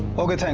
okay,